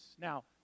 Now